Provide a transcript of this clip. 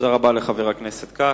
תודה לחבר הכנסת כץ.